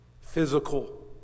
Physical